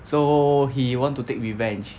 so he want to take revenge